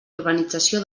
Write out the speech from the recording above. urbanització